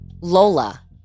Lola